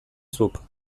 zuk